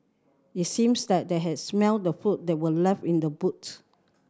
it seems that they has smelt the food that were left in the boots